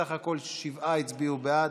סך הכול שבעה הצביעו בעד,